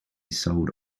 sold